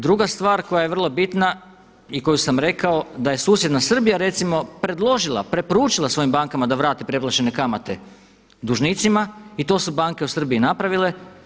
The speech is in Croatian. Druga stvar koja je vrlo bitna i koju sam rekao da je susjedna Srbija recimo predložila, preporučila svojim bankama da vrate preplačene kamate dužnicima i to su banke u Srbiji napravile.